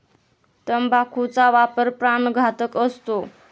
तंबाखूचा वापर प्राणघातक असतो